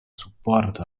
supporto